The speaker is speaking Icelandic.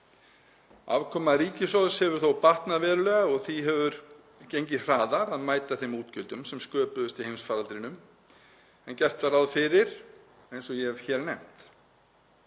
Afkoma ríkissjóðs hefur batnað verulega og því hefur gengið hraðar að mæta þeim útgjöldum sem sköpuðust í heimsfaraldrinum en gert var ráð fyrir, eins og ég hef hér nefnt.